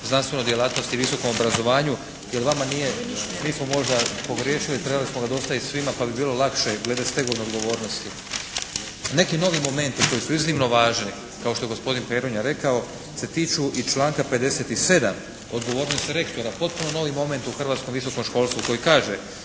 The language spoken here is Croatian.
znanstvenoj djelatnosti u visokom obrazovanju jer vama nije, mi smo možda pogriješili, trebali smo ga dostaviti svima pa bi bilo lakše glede stegovne odgovornosti. Neki novi momenti koji su iznimno važni kao što je gospodin Peronja rekao se tiču i članka 57. odgovornost rektora, potpuno novi moment u hrvatskom visokom školstvu koji kaže